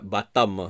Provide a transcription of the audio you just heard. Batam